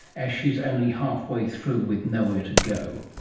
as she is only halfway through with nowhere to go.